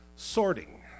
Sorting